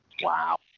Wow